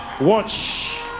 watch